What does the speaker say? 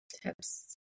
Tips